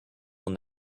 when